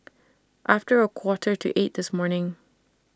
after A Quarter to eight This morning